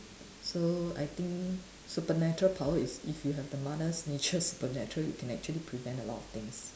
so I think supernatural power is if you have the mother nature's supernatural you can actually prevent a lot of things